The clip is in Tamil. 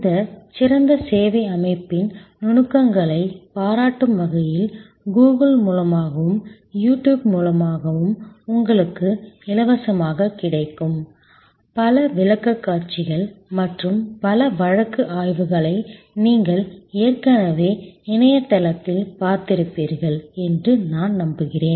இந்த சிறந்த சேவை அமைப்பின் நுணுக்கங்களைப் பாராட்டும் வகையில் கூகுள் மூலமாகவும் யூடியூப் மூலமாகவும் உங்களுக்கு இலவசமாகக் கிடைக்கும் பல விளக்கக்காட்சிகள் மற்றும் பல வழக்கு ஆய்வுகளை நீங்கள் ஏற்கனவே இணையத்தில் பார்த்திருப்பீர்கள் என்று நான் நம்புகிறேன்